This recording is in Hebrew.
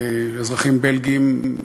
אזרחים בלגים,